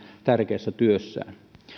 tärkeässä työssään